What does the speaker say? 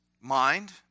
mind